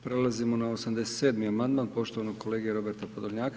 Prelazimo na 87. amandman poštovanog kolege Roberta Podolnjaka.